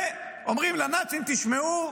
ואומרים לנאצים: תשמעו,